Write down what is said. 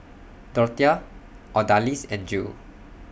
Dorthea Odalis and Jill